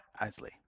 Isley